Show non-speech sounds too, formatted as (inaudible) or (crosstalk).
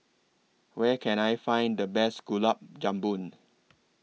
Where Can I Find The Best Gulab (unintelligible)